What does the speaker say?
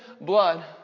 blood